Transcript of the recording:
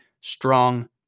strong